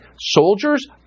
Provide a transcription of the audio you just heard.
Soldiers